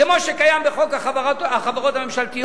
כמו שקיים בחוק החברות הממשלתיות,